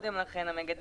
כרגע, בהתאם לחוקים האלה.